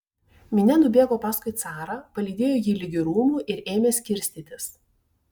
minia nubėgo paskui carą palydėjo jį ligi rūmų ir ėmė skirstytis